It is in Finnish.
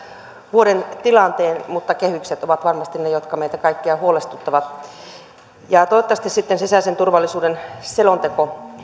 vuoden tilanteen mutta kehykset ovat varmasti ne jotka meitä kaikkia huolestuttavat toivottavasti sitten sisäisen turvallisuuden selonteko